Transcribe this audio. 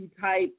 type